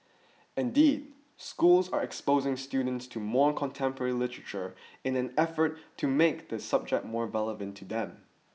indeed schools are exposing students to more contemporary literature in an effort to make the subject more relevant to them